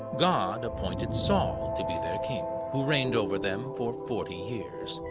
god appointed saul to be their king, who reigned over them for forty years,